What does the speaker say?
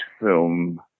film